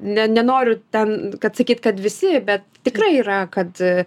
ne nenoriu ten kad sakyt kad visi bet tikrai yra kad